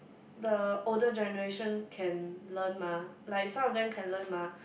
the older generation can learn mah like some of them can learn mah